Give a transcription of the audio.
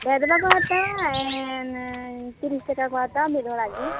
ᱰᱷᱮᱨᱫᱚ ᱵᱟᱠᱚ ᱦᱟᱛᱟᱣᱟ ᱛᱤᱨᱤᱥ ᱴᱟᱠᱟᱠᱚ ᱦᱟᱛᱟᱣᱟ ᱢᱤᱫ ᱦᱚᱲᱟᱜ ᱜᱮ